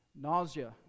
Nausea